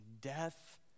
death